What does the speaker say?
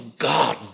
God